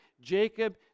Jacob